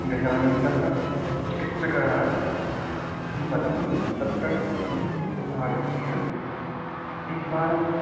गजानन्दः चिकित्सकः अहं बदामि तत्र भवती आगत्य एक वारम्